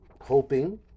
hoping